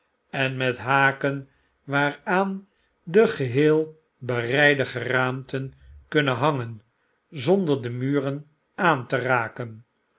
en met haken waaraan de geheel bereide geraamten kunnen hangen zonder de muren aanteraken op den